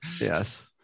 yes